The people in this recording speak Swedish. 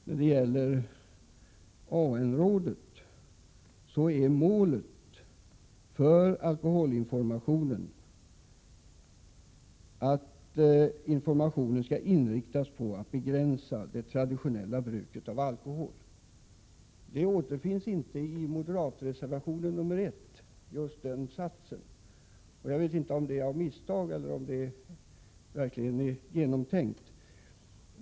När det gäller AN-rådet är målet för alkoholinformationen att den skall inriktas på att begränsa det traditionella bruket av alkohol. Denna målsättning återfinns inte i den moderata reservationen nr 1. Jag vet inte om det är av misstag eller om man har tänkt igenom frågan.